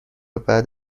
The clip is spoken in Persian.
بعد